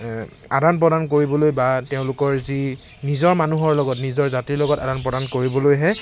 আদান প্ৰদান কৰিবলৈ বা তেওঁলোকৰ যি নিজৰ মানুহৰ লগত নিজৰ জাতিৰ লগত আদান প্ৰদান কৰিবলৈহে